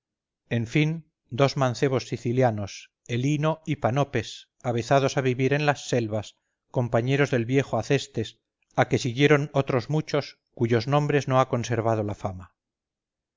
en fin dos mancebos sicilianos helino y panopes avezados a vivir en las selvas compañeros del viejo acestes a que siguieron otros muchos cuyos nombres no ha conservado la fama